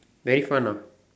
very fun ah